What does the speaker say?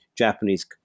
Japanese